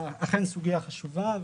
אכן זו סוגיה חשובה.